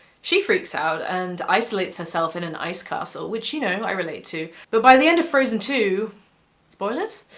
she freaks out and isolates herself in an ice castle, which, you know, i relate to. but by the end of frozen two spoilers?